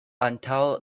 antaŭ